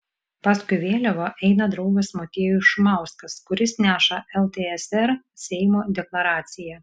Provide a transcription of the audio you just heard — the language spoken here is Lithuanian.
paskui vėliavą eina draugas motiejus šumauskas kuris neša ltsr seimo deklaraciją